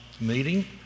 meeting